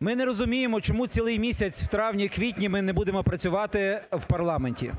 ми не розуміємо, чому цілий місяць в травні, в квітні ми не будемо працювати в парламенті,